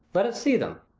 let us see them.